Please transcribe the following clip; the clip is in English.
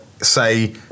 say